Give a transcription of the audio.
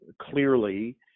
clearly